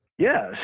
Yes